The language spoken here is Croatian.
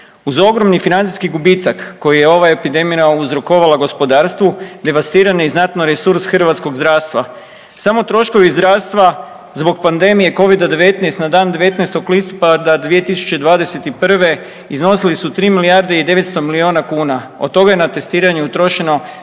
Uz ogromni financijski gubitak koji je ova epidemija uzrokovala gospodarstvu, devastiran je i znatno resurs hrvatskog zdravstva. Samo troškovi zdravstva zbog pandemije Covida-19 na dan 19. listopada 2021. iznosili su 3 milijarde i 900 milijuna kuna, od toga je na testiranje utrošeno